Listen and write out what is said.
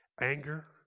Anger